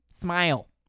Smile